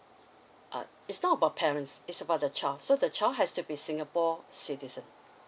uh it's not about parents it's about the child so the child has to be singapore citizen